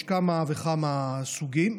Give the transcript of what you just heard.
יש כמה וכמה סוגים.